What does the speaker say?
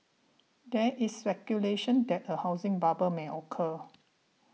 there is speculation that a housing bubble may occur